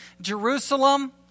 Jerusalem